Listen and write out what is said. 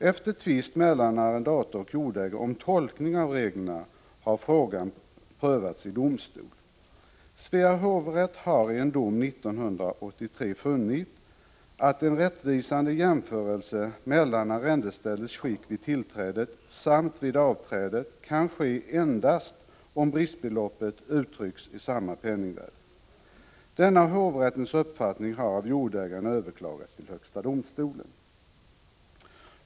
Efter tvist mellan arrendator och jordägare om tolkning av reglerna har frågan prövats i domstol. Svea hovrätt har i en dom 1983 funnit att en rättvisande jämförelse mellan arrendeställets skick vid tillträdet och vid avträdet kan ske endast om bristbeloppen uttrycks i samma penningvärde. Denna Svea hovrätts uppfattning har av jordägarna överklagats till högsta domstolen.